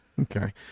Okay